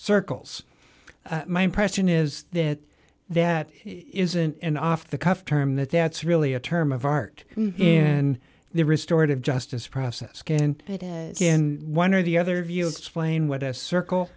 circles my impression is that that isn't an off the cuff term that that's really a term of art in the restored of justice process can one or the other views displaying what a circle